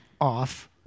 off